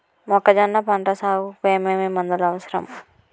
మొక్కజొన్న పంట సాగుకు ఏమేమి మందులు అవసరం?